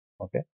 okay